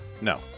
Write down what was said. No